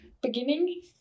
beginning